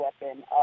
weapon